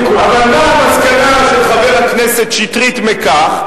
אבל מה המסקנה של חבר הכנסת שטרית מכך?